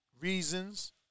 reasons